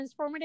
Transformative